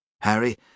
Harry